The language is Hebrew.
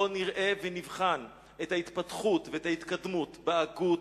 בו נראה ונבחן את ההתפתחות ואת ההתקדמות, בהגות,